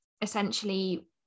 essentially